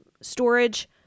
storage